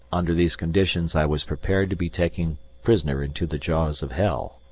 under these conditions i was prepared to be taken prisoner into the jaws of hell.